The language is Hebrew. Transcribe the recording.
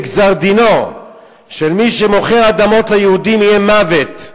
וגזר-דינו של מי שמוכר אדמות ליהודים יהיה מוות.